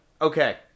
Okay